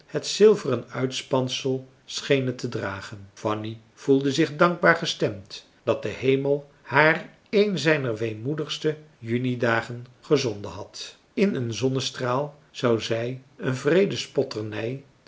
het zilveren uitspansel schenen te dragen fanny voelde zich dankbaar gestemd dat de hemel haar een zijner weemoedigste juni dagen gezonden had in een zonnestraal zou zij een wreede spotternij